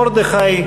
מרדכי,